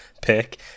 pick